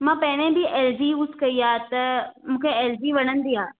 मां पहिरें बि एल जी यूज़ कई आहे त मूंखे एल जी वणंदी आहे